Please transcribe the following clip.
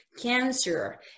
Cancer